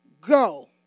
Go